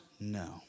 No